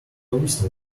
whistle